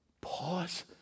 Pause